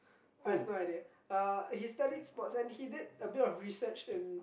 I have no idea uh he studied sports and he did a bit of research in